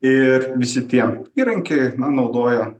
ir visi tie įrankiai naudoja